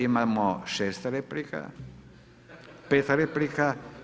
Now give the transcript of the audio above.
Imamo 6 replika, 5 replika.